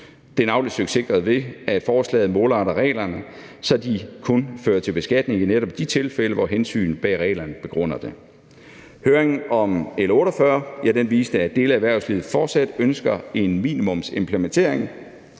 Det er navnlig søgt sikret, ved at forslaget målretter reglerne, så de kun fører til beskatning i netop de tilfælde, hvor hensynet bag reglerne begrunder det. Høringen om L 48 viste, at dele af erhvervslivet fortsat ønsker en minimumsimplementering.